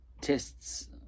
tests